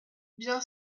bien